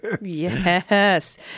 Yes